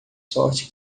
sorte